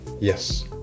Yes